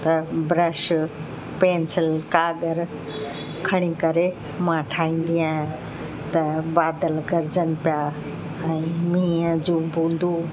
त brush pencil काॻर खणी करे मां ठाहींदी आहियां त बादल गरजन पिया ऐं मींह जूं बूंदूं